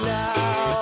now